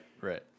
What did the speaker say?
right